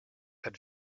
had